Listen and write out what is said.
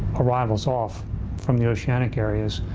arrivals off from the oceanic areas.